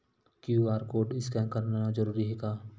QR code scan करना जरूरी हे का?